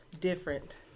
different